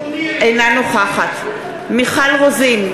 אינה נוכחת מיכל רוזין,